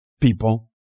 people